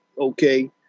okay